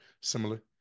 similar